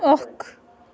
اکھ